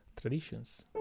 traditions